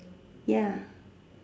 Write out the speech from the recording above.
ya